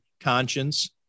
conscience